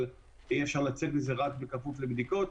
אבל יהיה אפשר לצאת מזה רק בכפוף לבדיקות.